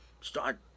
Start